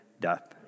death